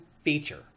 feature